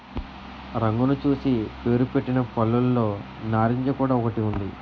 రంగును చూసి పేరుపెట్టిన పళ్ళులో నారింజ కూడా ఒకటి ఉంది